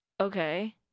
Okay